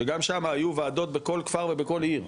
שגם שם היו ועדות בכל כפר ובכל עיר,